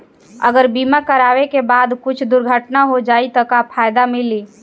अगर बीमा करावे के बाद कुछ दुर्घटना हो जाई त का फायदा मिली?